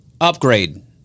Upgrade